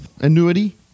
annuity